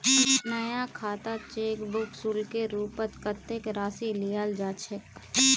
नया खातात cheque book शुल्केर रूपत कत्ते राशि लियाल जा छेक